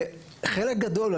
וחלק גדול,